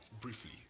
briefly